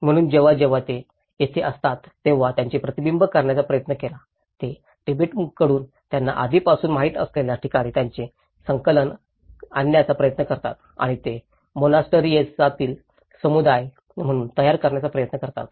म्हणून जेव्हा जेव्हा ते तेथे असतात तेव्हा त्यांनी प्रतिबिंबित करण्याचा प्रयत्न केला ते तिबेटकडून त्यांना आधीपासून माहित असलेल्या ठिकाणी त्यांचे संलग्नक आणण्याचा प्रयत्न करतात आणि ते मोनास्टरीएसातील समुदाय म्हणून तयार करण्याचा प्रयत्न करतात